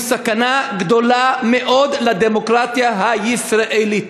סכנה גדולה מאוד לדמוקרטיה הישראלית,